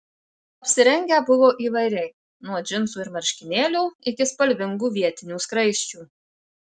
apsirengę buvo įvairiai nuo džinsų ir marškinėlių iki spalvingų vietinių skraisčių